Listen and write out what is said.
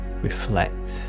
reflect